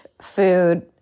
food